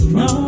no